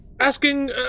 asking